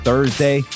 Thursday